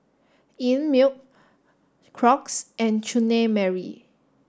Einmilk Crocs and Chutney Mary